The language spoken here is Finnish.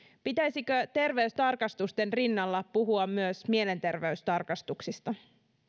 pitäisikö terveystarkastusten rinnalla puhua myös mielenterveystarkastuksista